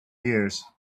years